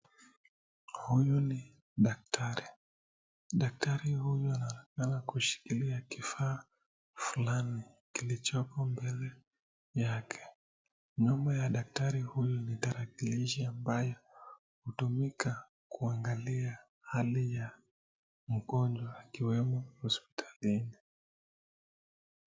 Huyu ni daktari. Daktari huyu anaonekana kushikilia kifaa fulani kilichoko mbele yake. Nomo cha daktari huyu ni tarakilishi ambayo hutumika kuangalia hali ya mgonjwa akiwemo hospitalini.